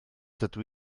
dydw